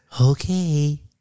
Okay